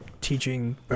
teaching